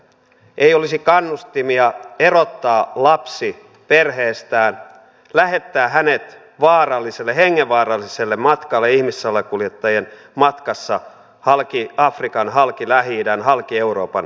ei olisi kannustimia erottaa lapsi perheestään lähettää hänet vaaralliselle hengenvaaralliselle matkalle ihmissalakuljettajien matkassa halki afrikan halki lähi idän halki euroopan suomeen